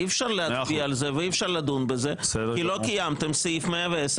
אי אפשר להצביע על זה ואי אפשר לדון על זה כי לא קיימתם את סעיף 110(ד).